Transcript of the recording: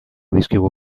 dizkigu